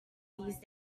these